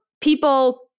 people